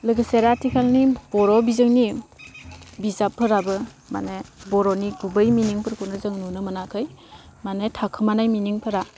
लोगोसे आथिखालनि बर' बिजोंनि बिजाबफोराबो माने बर'नि गुबै मिनिंफोरखौनो जों नुनो मोनाखै माने थाखाेमानाय मिनिंफोरा